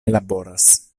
laboras